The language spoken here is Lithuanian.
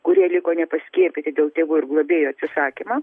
kurie liko nepaskiepyti dėl tėvų ir globėjų atsisakymo